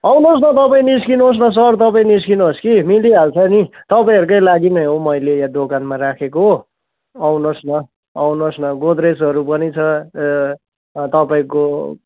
आउनु होस् न तपाईँ निस्कनु होस् न सर तपाईँ निस्कनु होस् कि मिलिहाल्छ नि तपाईँहरूकै लागि नै हो मैले यो दोकानमा राखेको आउनु होस् न आउनु होस् न गोद्रेजहरू पनि छ तपाईँको